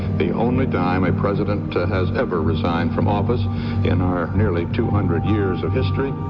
the only time a president has ever resigned from office in our nearly two hundred years of history,